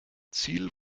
ziel